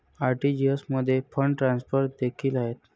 RTGS मध्ये fund transfer देखील आहेत